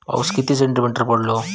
पाऊस किती सेंटीमीटर पडलो?